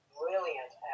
brilliant